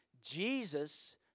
Jesus